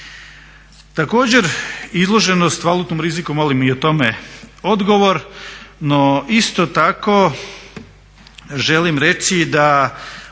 Također izloženost valutnom riziku, molim i o tome odgovor. No isto tako želim reći da